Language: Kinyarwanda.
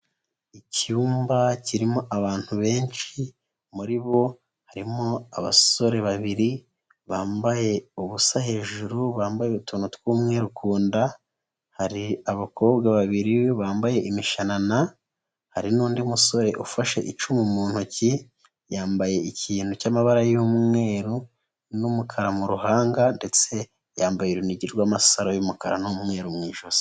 Icyumba kirimo abantu benshi muri bo harimo abasore babiri bambaye ubusa hejuru bambaye utuntu tw'umweru ku nda hari abakobwa babiri bambaye imishanana hari n'undi musore ufashe icumu mu ntoki yambaye ikintu cy'amabara y'umweru n'umukara mu ruhanga ndetse yambaye urunigi rw'amasaro y'umukara n'umweru mu ijosi.